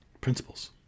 principles